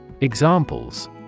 Examples